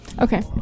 Okay